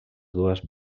dues